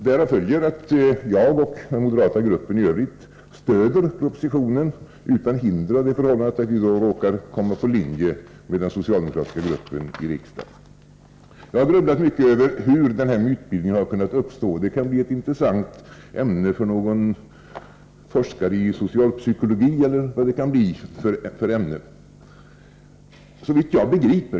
Därav följer att jag och den moderata gruppen i övrigt stöder propositionen utan hinder av det förhållandet att vi då råkar komma på linje med den socialdemokratiska gruppen i riksdagen. Jag har grubblat mycket över hur den här mytbildningen har kunnat uppstå; det kan bli en intressant uppgift för någon forskare i socialpsykologi eller vad det kan bli för ämne.